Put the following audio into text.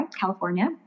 California